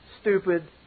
stupid